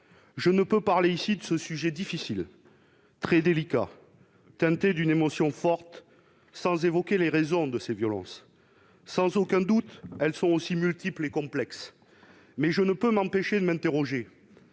Je ne peux parler ici de ce sujet difficile, très délicat, teinté d'une émotion forte, sans évoquer les raisons de ces violences. Celles-ci sont sans doute multiples et complexes, mais je ne peux m'empêcher de m'interroger